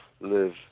live